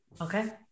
Okay